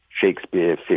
Shakespeare